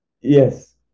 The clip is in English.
Yes